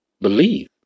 Believe